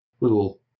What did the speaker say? little